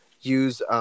use